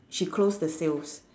she close the sales